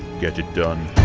get it done